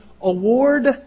award